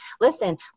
listen